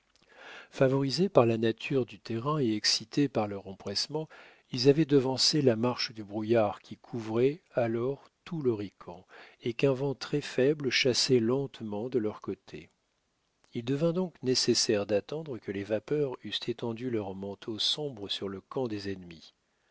favorisés par la nature du terrain et excités par leur empressement ils avaient devancé la marche du brouillard qui couvrait alors tout l'horican et qu'un vent très faible chassait lentement de leur côté il devint donc nécessaire d'attendre que les vapeurs eussent étendu leur manteau sombre sur le camp des ennemis